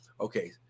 okay